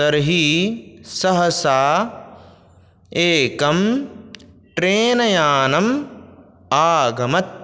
तर्हि सहसा एकं ट्रेनयानम् आगमत्